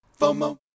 FOMO